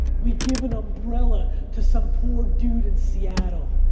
we give an umbrella to some poor dude in seattle.